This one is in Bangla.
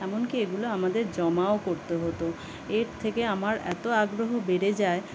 এমনকি এগুলো আমাদের জমাও করতে হতো এর থেকে আমার এত আগ্রহ বেড়ে যায়